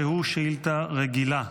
שהוא שאילתה רגילה.